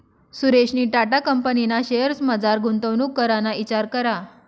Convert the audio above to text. सुरेशनी टाटा कंपनीना शेअर्समझार गुंतवणूक कराना इचार करा